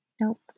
Nope